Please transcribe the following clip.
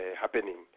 happening